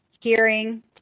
hearing